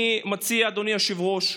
אני מציע, אדוני היושב-ראש,